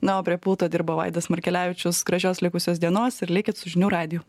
na o prie pulto dirba vaidas markelevičius gražios likusios dienos ir likit su žinių radiju